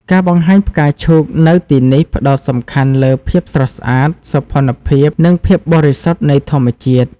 ការបង្ហាញផ្កាឈូកនៅទីនេះផ្តោតសំខាន់លើ ភាពស្រស់ស្អាត សោភ័ណភាព និងភាពបរិសុទ្ធ នៃធម្មជាតិ។